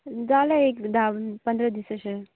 जाले एक धा पंदरा दीस अशे